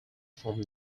from